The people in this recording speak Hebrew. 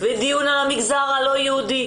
דיון על המגזר הלא יהודי.